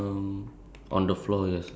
ya there's three